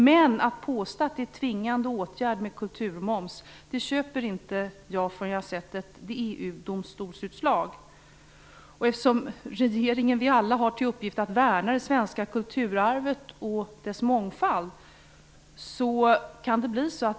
Men jag köper inte tanken på kulturmomsen som en tvingande åtgärd förrän jag har sett ett utslag från EU-domstolen. Regeringen och vi alla har ju till uppgift att värna det svenska kulturarvet och dess mångfald.